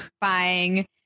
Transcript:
buying